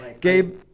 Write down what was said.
Gabe